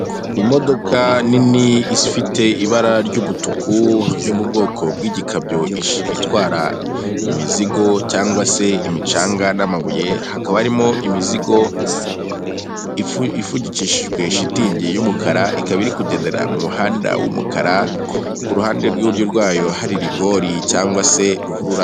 Imodoka nini ifite ibara ry'umutuku yo mu bwoko bw'igikamyo itwara imizigo cyangwag se imicanga n'amabuye, hakaba harimo imizigo ifunikishijwe shitingi y'umukara, ikaba iri kugendera mu muhanda w'umukara ku ruhande rw'iburyo rwayo hari rigori cyangwa se ruhurura.